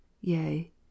yea